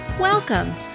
welcome